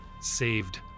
saved